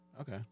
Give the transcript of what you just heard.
Okay